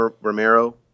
Romero